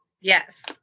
Yes